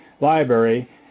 Library